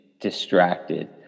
distracted